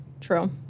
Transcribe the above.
True